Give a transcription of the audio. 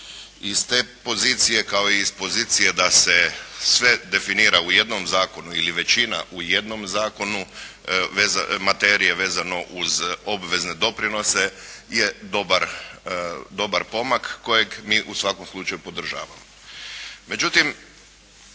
Iz te pozicije, kao i iz pozicije da se sve definira u jednom zakonu ili većina u jednom zakonu materije vezano uz obvezne doprinose je dobar pomak kojeg mi, u svakom slučaju podržavamo.